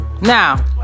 now